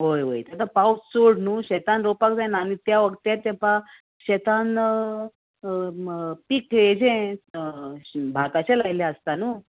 वोय वोय तेका पावस चड न्हू शेतान रोवपाक जायना आनी त्या व तेंपा शेतान पीक हेजें भाताचें लायलें आसता न्हू